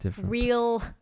Real